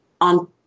on